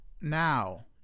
now